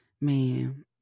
man